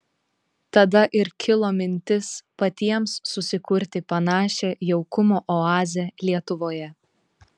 tada ir kilo mintis patiems susikurti panašią jaukumo oazę lietuvoje